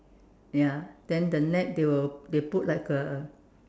ya then the net they will they put like a